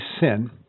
sin